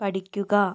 പഠിക്കുക